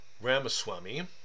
Ramaswamy